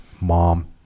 mom